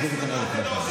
ללכת לעזאזל?